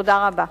תודה רבה.